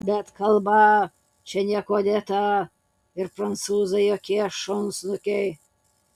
bet kalba čia niekuo dėta ir prancūzai jokie šunsnukiai